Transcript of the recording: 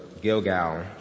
Gilgal